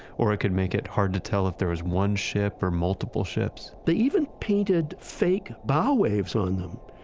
or it could make it hard to tell if there was one ship or multiple ships they even painted fake bow waves on them,